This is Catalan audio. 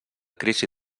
crisi